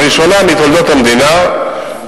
לראשונה בתולדות המדינה,